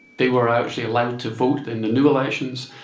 they were actually allowed to vote in the new elections.